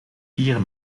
vier